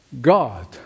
God